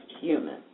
human